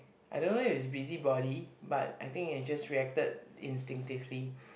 I don't know is busybody but I think I just reacted instinctively